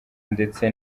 ndetse